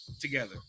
together